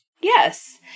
Yes